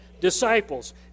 disciples